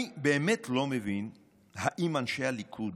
אני באמת לא מבין אם אנשי הליכוד,